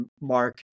Mark